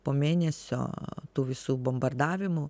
po mėnesio tų visų bombardavimų